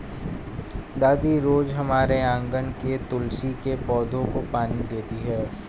दादी रोज हमारे आँगन के तुलसी के पौधे को पानी देती हैं